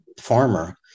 farmer